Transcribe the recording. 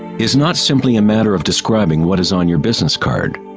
is not simply a matter of describing what is on your business card.